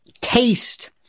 taste